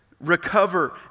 recover